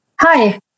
Hi